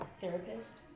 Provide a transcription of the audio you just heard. therapist